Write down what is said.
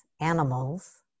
animals